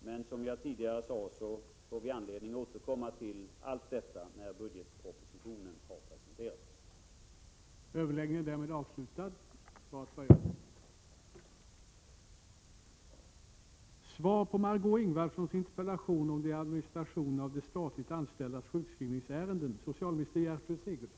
Men som jag tidigare sade får vi anledning att återkomma till allt detta när budgetpropositionen har presenterats.